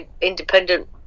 independent